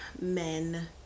men